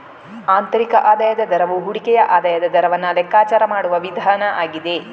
ಆಂತರಿಕ ಆದಾಯದ ದರವು ಹೂಡಿಕೆಯ ಆದಾಯದ ದರವನ್ನ ಲೆಕ್ಕಾಚಾರ ಮಾಡುವ ವಿಧಾನ ಆಗಿದೆ